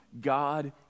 God